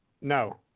no